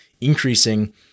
increasing